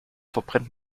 verbrennt